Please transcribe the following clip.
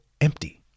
empty